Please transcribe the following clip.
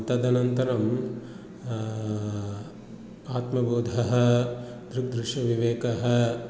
तदनन्तरम् आत्मबोधः दृग् दृश्यविवेकः